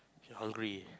she hungry